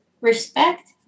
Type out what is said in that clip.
Respect